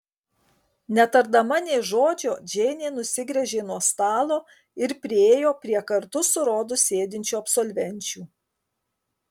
netardama nė žodžio džeinė nusigręžė nuo stalo ir priėjo prie kartu su rodu sėdinčių absolvenčių